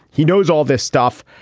he knows all this stuff.